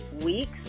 weeks